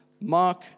Mark